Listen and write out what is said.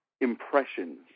impressions